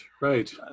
right